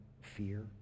fear